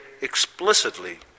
explicitly